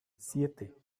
siete